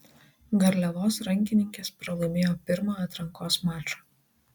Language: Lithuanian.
garliavos rankininkės pralaimėjo pirmą atrankos mačą